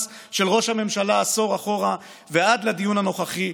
של ראש הממשלה עשור אחורה ועד לדיון הנוכחי,